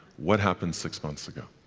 what happened six months ago?